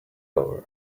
over